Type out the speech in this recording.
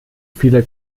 viele